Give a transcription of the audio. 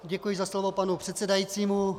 Děkuji za slovo panu předsedajícímu.